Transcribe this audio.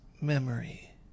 memory